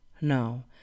No